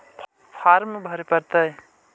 Farm भरे परतय?